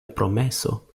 promeso